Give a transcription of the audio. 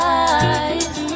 eyes